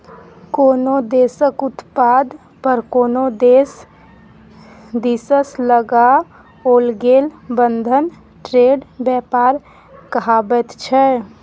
कोनो देशक उत्पाद पर कोनो देश दिससँ लगाओल गेल बंधन ट्रेड व्यापार कहाबैत छै